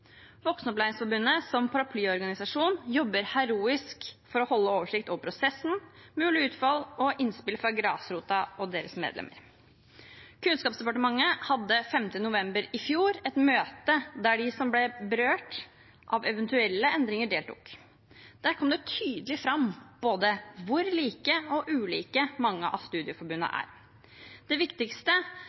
Voksenopplæringsforbundet som paraplyorganisasjon jobber heroisk for å holde oversikt over prosessen, mulige utfall og innspill fra grasrota og deres medlemmer. Kunnskapsdepartementet hadde den 5. november i fjor et møte der de som ble berørt av eventuelle endringer, deltok. Der kom det tydelig fram både hvor like og hvor ulike mange av studieforbundene er. Det viktigste